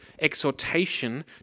exhortation